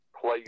Play